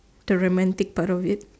the romantic part of it